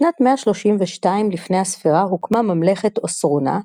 בשנת 132 לפנה"ס הוקמה ממלכת אוסרונה,